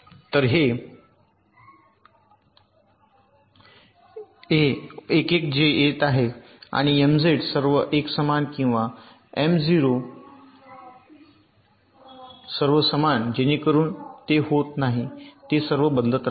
तर हे 1 1 जे येत आहे आणि एमझेड सर्व 1 समान किंवा M0 सर्व 0 समान जेणेकरून ते होत नाही ते सर्व बदल राहते